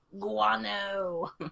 Guano